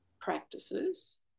practices